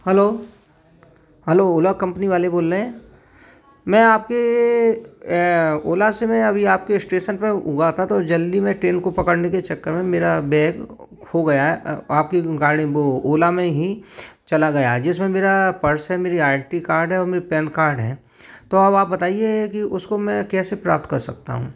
hello hello Ola company वाले बोल रहें है मैं आपके अ ओला से मैं अभी आपके स्टेशन पर हुआ था तो जल्दी में ट्रेन को पकड़ने के चक्कर में मेरा बैग खो गया है अ आप की गाड़ी ओला में ही चला गया है जिसमें मेरा पर्स है मेरी आइडेंटी कार्ड है और मेरा पैन कार्ड है तो अब आप बताइए कि उसको मैं कैसे प्राप्त कर सकता हूँ